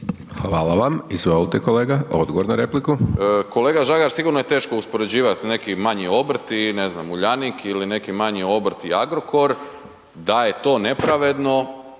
Hvala vam. Izvolite kolega, odgovor na repliku. **Đujić, Saša (SDP)** Kolega Žagar, sigurno je uspoređivati neki manji obrt i ne znam Uljanik ili neki manji obrt i Agrokor, da je to nepravedno,